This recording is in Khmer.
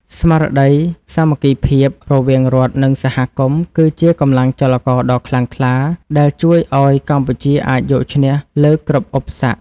ស្មារតីសាមគ្គីភាពរវាងរដ្ឋ និងសហគមន៍គឺជាកម្លាំងចលករដ៏ខ្លាំងក្លាដែលជួយឱ្យកម្ពុជាអាចយកឈ្នះលើគ្រប់ឧបសគ្គ។